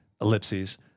ellipses